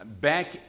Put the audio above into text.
back